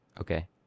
Okay